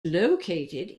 located